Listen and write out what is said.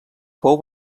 fou